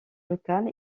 locale